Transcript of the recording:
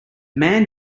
man